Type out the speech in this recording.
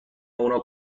اونا